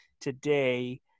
today